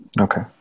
Okay